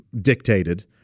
dictated